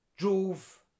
drove